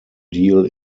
deal